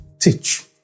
teach